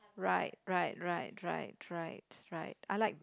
right right right right right right I like